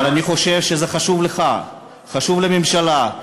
אבל אני חושב שזה חשוב לך, חשוב לממשלה.